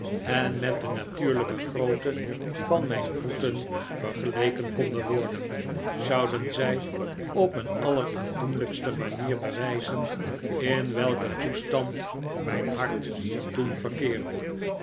en met de natuurlijke groptte van mijn voeten vergeleken konden worden zouden zij op een alleraandoenlijkste maniter bewijzen in welken toestand mijn hart toen verkeerde